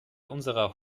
unserer